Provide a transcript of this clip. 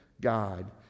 God